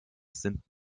sind